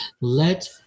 Let